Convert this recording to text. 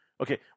Okay